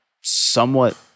somewhat